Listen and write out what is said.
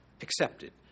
accepted